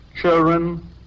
children